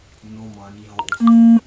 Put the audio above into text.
no money how O_P